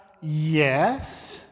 yes